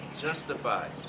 justified